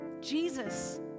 Jesus